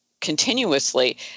continuously